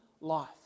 life